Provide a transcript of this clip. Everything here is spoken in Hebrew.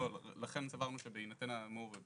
לכן סברנו שבהינתן האמור,